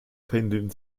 pendeln